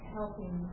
helping